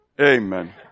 Amen